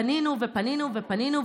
פנינו ופנינו ופנינו,